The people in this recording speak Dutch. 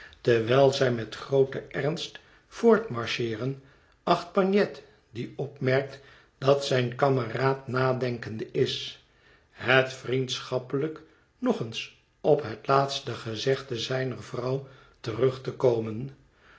terwijl zij met grooten ernst voortmarcheeren acht bagnet die opmerkt dat zijn kameraad nadenkende is f het vriendschappelijk nog eens op het laatste gezegde zijner vrouw terug te komen